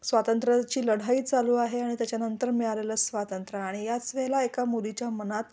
स्वातंत्र्याची लढाई चालू आहे आणि त्याच्यानंतर मिळालेलं स्वातंत्र्य आणि याच वेळेला एका मुलीच्या मनात